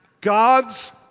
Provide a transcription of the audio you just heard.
God's